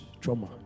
Trauma